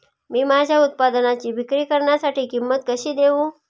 मी माझ्या उत्पादनाची विक्री करण्यासाठी किंमत कशी देऊ?